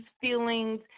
feelings